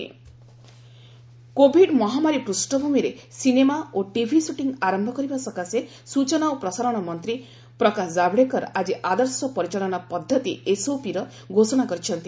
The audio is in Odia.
ଆଇବି ମିନିଷ୍ଟ୍ରୀ ଏସ୍ଓପି କୋଭିଡ ମହାମାରୀ ପୃଷ୍ଠଭୂମିରେ ସିନେମା ଓ ଟିଭି ସୁଟିଂ ଆରମ୍ଭ କରିବା ସକାଶେ ସ୍ଟଚନା ଓ ପ୍ରସାରଣ ମନ୍ତ୍ରୀ ପ୍ରକାଶ ଜାଭେଡକର ଆଜି ଆଦର୍ଶ ପରିଚାଳନା ପଦ୍ଧତି ଏସ୍ଓପିର ଘୋଷଣା କରିଛନ୍ତି